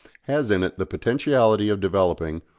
has in it the potentiality of developing,